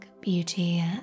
beauty